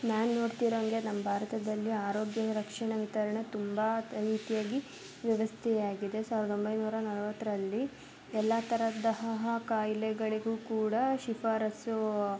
ನಾನು ನೋಡ್ತಿರೊ ಹಂಗೆ ನಮ್ಮ ಭಾರತದಲ್ಲಿ ಆರೋಗ್ಯ ರಕ್ಷಣೆ ವಿತರಣೆ ತುಂಬ ರೀತಿಯಾಗಿ ವ್ಯವಸ್ಥೆ ಆಗಿದೆ ಸಾವಿರದ ಒಂಬೈನೂರ ನಲ್ವತ್ತರಲ್ಲಿ ಎಲ್ಲ ತರದಹ ಕಾಯಿಲೆಗಳಿಗೂ ಕೂಡ ಶಿಫಾರಸ್ಸು